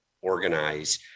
organize